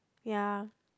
ya